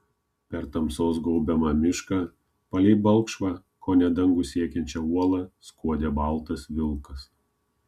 per tamsos gaubiamą mišką palei balkšvą kone dangų siekiančią uolą skuodė baltas vilkas